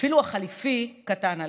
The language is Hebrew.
אפילו החליפי קטן עליך.